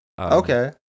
okay